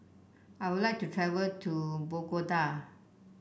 I would like to travel to Bogota